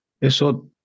Eso